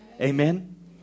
Amen